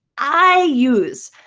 i use,